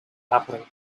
happily